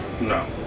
No